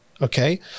okay